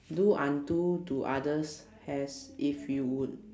do unto to others as if you would